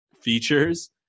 features